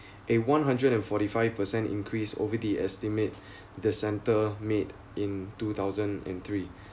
if one hundred and forty five per cent increase over the estimate the centre made in two thousand and three